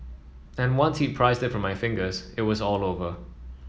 and once he prised it from my fingers it was all over